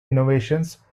innovations